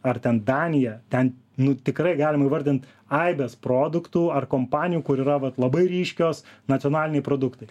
ar ten daniją ten nu tikrai galim įvardint aibes produktų ar kompanijų kur yra vat labai ryškios nacionaliniai produktai